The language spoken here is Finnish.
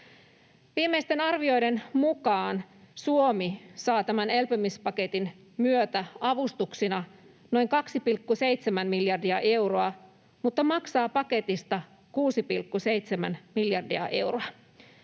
Viimeisten arvioiden mukaan Suomi saa tämän elpymispaketin myötä avustuksina noin 2,7 miljardia euroa mutta maksaa paketista 6,7 miljardia euroa.